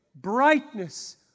brightness